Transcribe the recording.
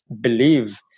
believe